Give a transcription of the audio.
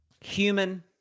human